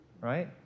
Right